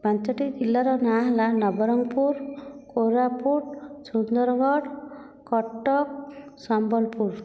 ପାଞ୍ଚୋଟି ଜିଲ୍ଲାର ନାଁ ହେଲା ନବରଙ୍ଗପୁର କୋରାପୁଟ ସୁନ୍ଦରଗଡ଼ କଟକ ସମ୍ବଲପୁର